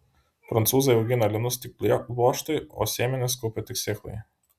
prancūzai augina linus tik pluoštui o sėmenis kaupia tik sėklai